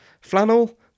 flannel